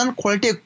quality